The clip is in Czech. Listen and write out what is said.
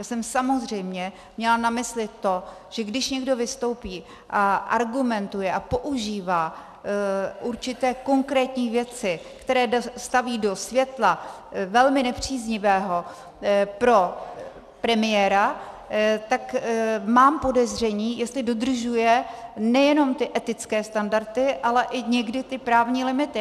Já jsem samozřejmě měla na mysli to, že když někdo vystoupí a argumentuje a používá určité konkrétní věci, které staví do světla velmi nepříznivého pro premiéra, tak mám podezření, jestli dodržuje nejenom ty etické standardy, ale i někdy ty právní limity.